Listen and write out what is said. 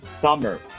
summer